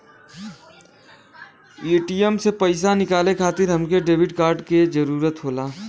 ATM से पइसा निकाले खातिर हमके डेबिट कार्ड क जरूरत होला